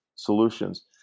solutions